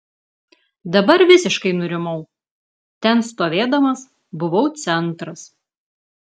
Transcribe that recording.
dabar visiškai nurimau ten stovėdamas buvau centras